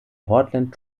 portland